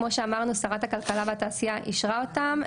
כמו שאמרנו, שרת הכלכלה והתעשייה אישרה אותן.